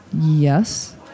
Yes